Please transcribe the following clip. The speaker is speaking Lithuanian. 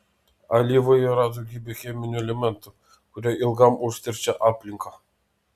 alyvoje yra daugybė cheminių elementų kurie ilgam užteršia aplinką